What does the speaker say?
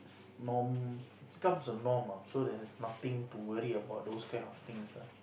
norm becomes a norm ah so there's nothing to worry about those kind of things ah